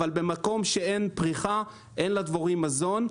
אבל במקום שאין פריחה אין לדבורים מזון.